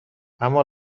اما